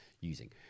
using